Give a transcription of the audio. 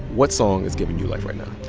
what song is giving you life right now?